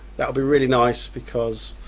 that would be really nice because